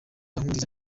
nkurunziza